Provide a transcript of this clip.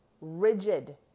rigid